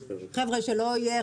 חבר כנסת שידבר שלא בתורו,